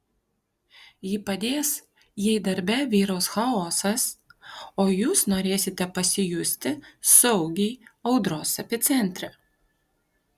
ji padės jei darbe vyraus chaosas o jūs norėsite pasijusti saugiai audros epicentre